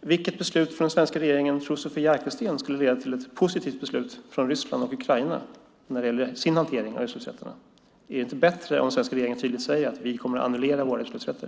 Vilket beslut från den svenska regeringen tror Sofia Arkelsten skulle leda till ett positivt beslut från Ryssland och Ukraina när det gäller deras hantering av utsläppsrätterna? Är det inte bättre om svenska regeringen tydligt säger att vi kommer att annullera våra utsläppsrätter?